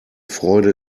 freude